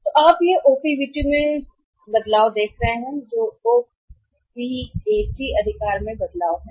तो यह ओपीबीटी में बदलाव होगा जो ओपैट अधिकार में बदलाव है